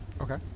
Okay